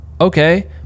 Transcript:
okay